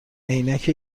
عینک